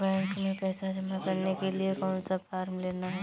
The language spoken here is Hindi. बैंक में पैसा जमा करने के लिए कौन सा फॉर्म लेना है?